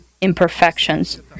imperfections